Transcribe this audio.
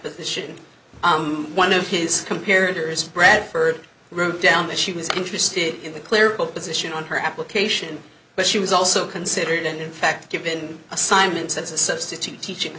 position one of his compared or his bradford route down that she was interested in the clerical position on her application but she was also considered and in fact given assignments as a substitute teaching